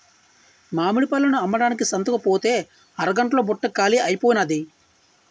మామిడి పళ్ళను అమ్మడానికి సంతకుపోతే అరగంట్లో బుట్ట కాలీ అయిపోనాది